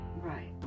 Right